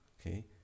Okay